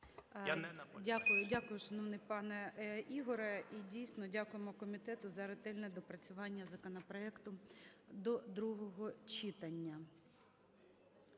дякую, шановний пане Ігорю. І дійсно, дякуємо комітету за ретельне доопрацювання законопроекту до другого читання.